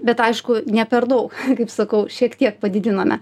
bet aišku ne per daug kaip sakau šiek tiek padidinome